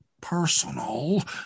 Personal